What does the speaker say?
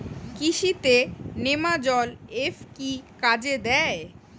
কৃষি তে নেমাজল এফ কি কাজে দেয়?